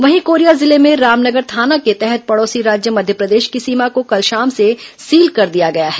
वहीं कोरिया जिले में रामनगर थाना के तहत पड़ोसी राज्य मध्यप्रदेश की सीमा को कल शाम से सील कर दिया गया है